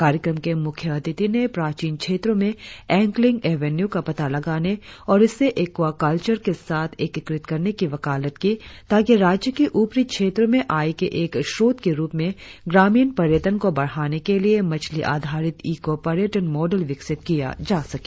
कार्यक्रम के म्ख्याअतिथि ने प्राचीन क्षेत्रों में एंग्लिंग एवेन्यू का पता लगाने और इसे एक्वाकल्चर के साथ एकीकृत करने की वकालत की ताकि राज्य के उपरी क्षेत्रों में आय के एक स्रोत के रुप में ग्रामीण पर्यटन को बढ़ाने के लिए मछली आधारित इको पर्यटन मॉडल विकसित किया जा सके